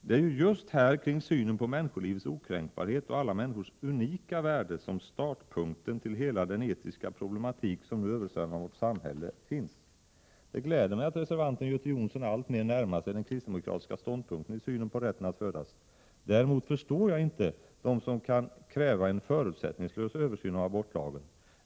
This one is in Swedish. Det är ju just här kring synen på människolivets okränkbarhet och alla människors unika värde som startpunkten till hela den etiska problematik som nu översvämmar vårt samhälle finns. Det gläder mig att reservanten Göte Jonsson alltmer närmar sig den kristdemokratiska ståndpunkten i synen på rätten att födas. Däremot förstår jaginte den som kan kräva en ”förutsättningslös” översyn av abortlagen.